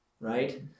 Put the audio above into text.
right